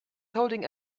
holding